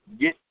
get